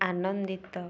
ଆନନ୍ଦିତ